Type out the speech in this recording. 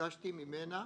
ביקשתי ממנה,